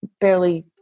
barely